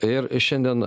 ir šiandien